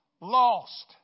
lost